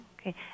Okay